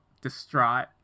distraught